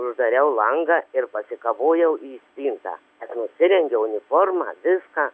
uždariau langą ir pasikavojau į spintą nusirengiau uniformą viską